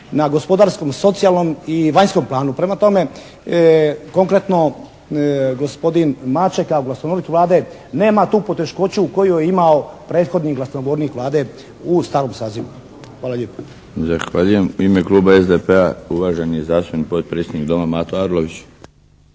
na gospodarskom, socijalnom i vanjskom planu. Prema tome, konkretno gospodin Maček kao glasnogovornik Vlade nema tu poteškoću koju je imao prethodni glasnogovornik Vlade u stalnom sazivu. Hvala lijepa. **Milinović, Darko (HDZ)** Zahvaljujem. U ime kluba SDP-a, uvaženi zastupnik, potpredsjednik Doma Mato Arlović.